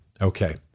Okay